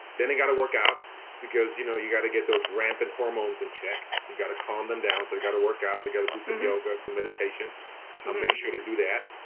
then they gotta work out because you know you gotta get those rampant hormones in check, you gotta calm them down so they gotta work out, they gotta do some yoga, some meditation. i make sure they do that.